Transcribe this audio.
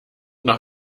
noch